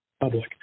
public